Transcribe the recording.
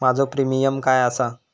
माझो प्रीमियम काय आसा?